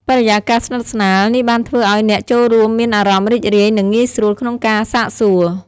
បរិយាកាសស្និទ្ធស្នាល នេះបានធ្វើឱ្យអ្នកចូលរួមមានអារម្មណ៍រីករាយនិងងាយស្រួលក្នុងការសាកសួរ។